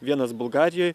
vienas bulgarijoj